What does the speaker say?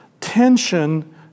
tension